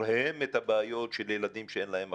את הבעיות של הילדים שאין להם מחשבים.